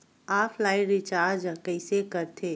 Online recharge कइसे करथे?